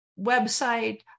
website